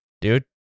Dude